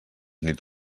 nit